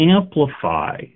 amplify